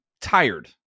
tired